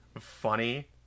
funny